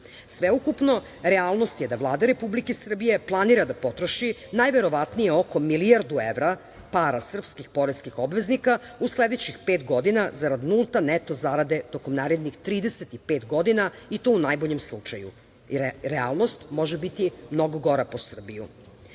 vozilo. Sveukupno, realnost je da Vlada Republike Srbije planira da potroši najverovatnije oko milion evra para srpskih poreskih obveznika, u sledećih pet godina zarad nulta neto zarade tokom narednih 35 godina i to u najboljem slučaju, jer realnost može biti mnogo gora po Srbiju. Ključna